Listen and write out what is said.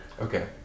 Okay